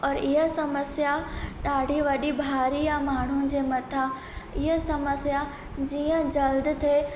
और इहा समस्या ॾाढी वॾी भारी आहे माण्हुनि जे मथां इहा समस्या जीअं जल्द जे सुलिझी वञे